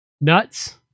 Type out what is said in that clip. Nuts